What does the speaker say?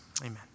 amen